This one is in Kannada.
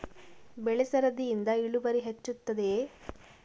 ಬೆಳೆ ಸರದಿಯಿಂದ ಇಳುವರಿ ಹೆಚ್ಚುತ್ತದೆಯೇ?